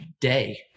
day